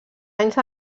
anys